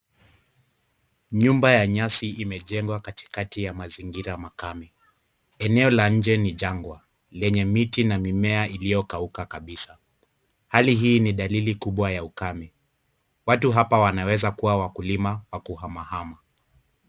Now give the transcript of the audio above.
Nyumba ya nyasi imejengwa katikati ya mazingira makame. Eneo la nje ni jangwa lenye miti na mimea iliyokauka kabisa. Hali hii ni dalili kubwa ya ukame. Watu hapa wanaweza kua wakulima wa kuhamahama.